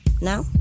Now